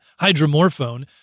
hydromorphone